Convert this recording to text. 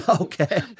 okay